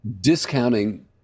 discounting